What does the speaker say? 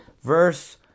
verse